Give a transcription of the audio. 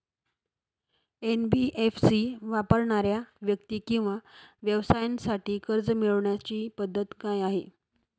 NBFC वापरणाऱ्या व्यक्ती किंवा व्यवसायांसाठी कर्ज मिळविण्याची पद्धत काय आहे?